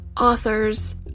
authors